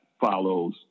follows